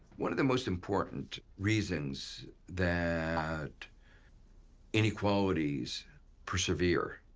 one of the most important reasons that inequalities persevere,